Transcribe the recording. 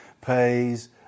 Pays